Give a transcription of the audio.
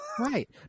right